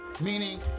meaning